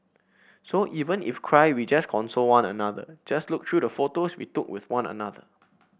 so even if cry we just console one another just look through the photos we took with one another